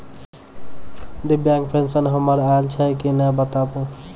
दिव्यांग पेंशन हमर आयल छै कि नैय बताबू?